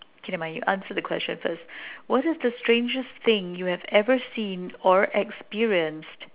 okay never mind you answer the question first what is the strangest thing you have ever seen or experienced